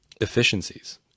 efficiencies